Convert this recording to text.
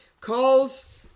Calls